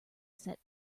set